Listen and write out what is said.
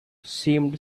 seemed